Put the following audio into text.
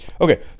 okay